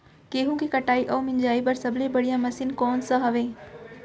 गेहूँ के कटाई अऊ मिंजाई बर सबले बढ़िया मशीन कोन सा हवये?